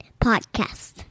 Podcast